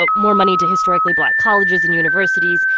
but more money to historically black colleges and universities.